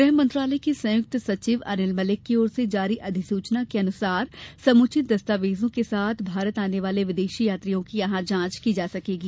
गृहमंत्रालय के संयुक्त सचिव अनिल मलिक की ओर से जारी अधिसूचना के मुताबिक समुचित दस्तावेजों के साथ भारत आने वाले विदेशी यात्रियों की यहां जांच की जा सकेगी